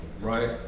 right